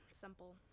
Simple